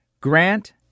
Grant